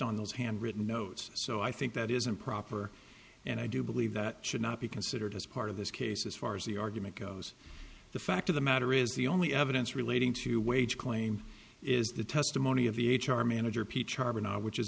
on those handwritten notes so i think that is improper and i do believe that should not be considered as part of this case as far as the argument goes the fact of the matter is the only evidence relating to wage claim is the testimony of the h r manager